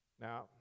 Now